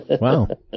Wow